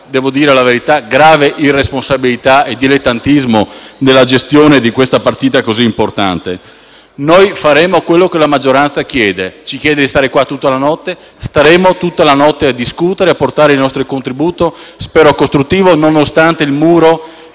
devo dire la verità - grave irresponsabilità e dilettantismo nella gestione di questa partita così importante. Faremo quello che la maggioranza chiede: ci chiede di stare qua tutta la notte? Staremo tutta la notte a discutere e a portare il nostro contributo, spero costruttivo, nonostante il muro